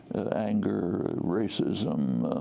anger, racism,